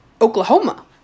Oklahoma